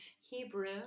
Hebrew